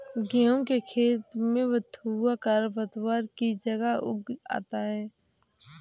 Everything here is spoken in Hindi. गेहूँ के खेत में बथुआ खरपतवार की तरह उग आता है